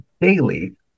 daily